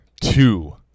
two